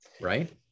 right